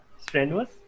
strenuous